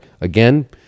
Again